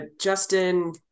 Justin